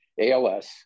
ALS